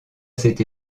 cet